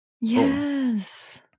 Yes